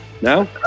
No